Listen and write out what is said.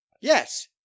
Yes